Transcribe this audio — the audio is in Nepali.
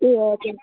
ए हजुर